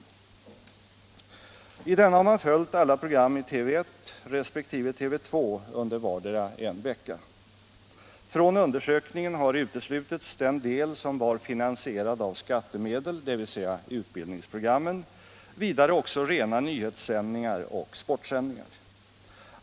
Vid denna undersökning har man under en vecka följt alla program i TV 1 och TV 2. Från undersökningen har uteslutits den del som var finansierad av skattemedel, dvs. utbildningsprogram, liksom också rena nyhetssändningar och sportsändningar.